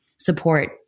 support